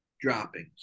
droppings